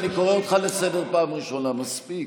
מספיק.